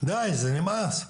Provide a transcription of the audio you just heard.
די זה נמאס.